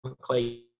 Clay